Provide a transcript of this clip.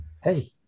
Hey